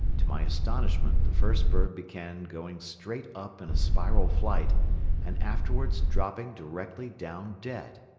to my astonishment the first bird began going straight up in a spiral flight and afterwards dropped directly down dead.